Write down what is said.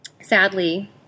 Sadly